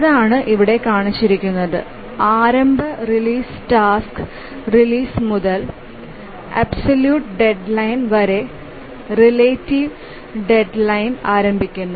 അതാണ് ഇവിടെ കാണിച്ചിരിക്കുന്നത് ആരംഭ റിലീസ് ടാസ്ക് റിലീസ് മുതൽ ആബ്സലൂറ്റ് ഡെഡ് ലൈന് വരെ റെലറ്റിവ് ഡെഡ് ലൈന് ആരംഭിക്കുന്നു